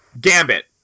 Gambit